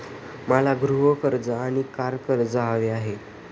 मला गृह कर्ज आणि कार कर्ज हवे आहे